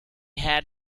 had